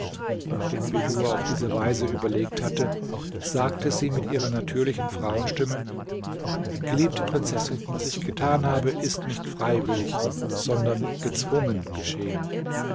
nachdem bedur auf diese weise überlegt hatte sagte sie mit ihrer natürlichen frauenstimme geliebte prinzessin was ich getan habe ist nicht freiwillig sondern gezwungen geschehen